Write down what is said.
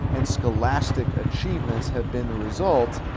and scholastic achievements have been the result,